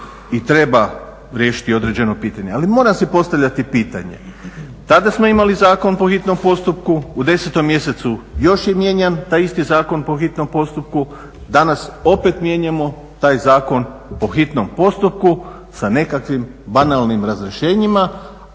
i treba riješiti određeno pitanje. Ali moram si postavljati pitanje, tada smo imali zakon po hitnom postupku, u 10. mjesecu još je mijenjan taj isti zakon po hitnom postupku, danas opet mijenjamo taj zakon po hitnom postupku sa nekakvim banalnim razrješenjima,